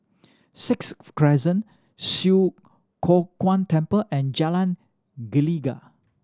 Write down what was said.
Sixth Crescent Swee Kow Kuan Temple and Jalan Gelegar